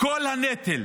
כל הנטל